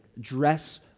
dress